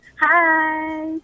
hi